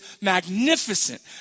magnificent